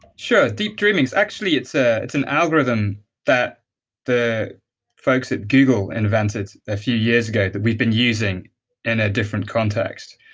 sure. deep dreaming is. actually, it's ah it's an algorithm that the folks at google invented a few years ago that we've been using in a different context.